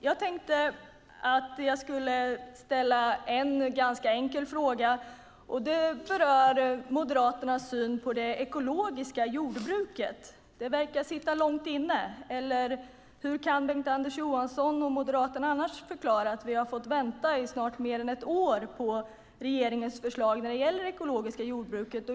Jag tänkte ställa en ganska enkel fråga som rör Moderaternas syn på det ekologiska jordbruket. Det verkar sitta långt inne, eller hur kan Bengt-Anders Johansson och Moderaterna annars förklara att vi har fått vänta i snart över ett år på regeringens förslag när det gäller det ekologiska jordbruket?